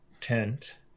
tent